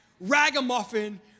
ragamuffin